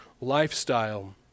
lifestyle